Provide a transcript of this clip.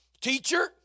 Teacher